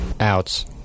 Outs